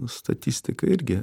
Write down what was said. statistika irgi